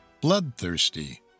bloodthirsty